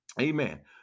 Amen